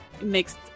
mixed